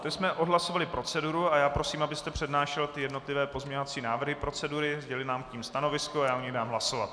Teď jsme odhlasovali proceduru a já prosím, abyste přednášel jednotlivé pozměňovací návrhy procedury, sdělil nám k nim stanovisko a já o nich dám hlasovat.